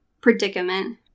predicament